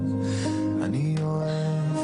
שנייה רגע.